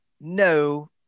no